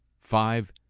Five